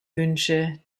wünsche